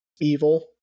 evil